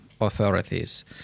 authorities